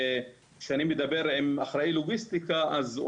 כשאני מדבר עם אחראי לוגיסטיקה אז הוא